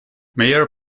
mayor